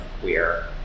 queer